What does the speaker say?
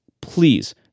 please